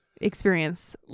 experience